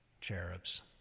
cherubs